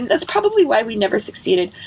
that's probably why we never succeeded.